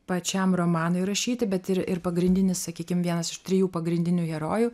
pačiam romanui rašyti bet ir ir pagrindinis sakykim vienas iš trijų pagrindinių herojų